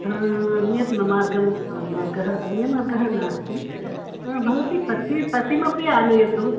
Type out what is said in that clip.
अन्यत् मार्गं मार्गम् अन्यमार्गं नास्ति भवती पतिं पतिमपि आनयतु